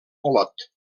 olot